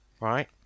right